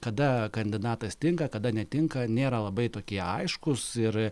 kada kandidatas tinka kada netinka nėra labai tokie aiškūs ir